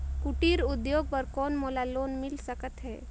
कुटीर उद्योग बर कौन मोला लोन मिल सकत हे?